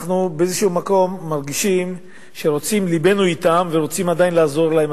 באיזשהו מקום אנחנו מרגישים שלבנו אתם ואנחנו רוצים עדיין לעזור להם,